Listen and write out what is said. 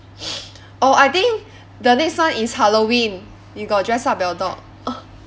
oh I think the next one is halloween you got dress up your dog